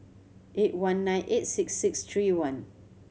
eight one nine eight six six three one